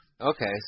okay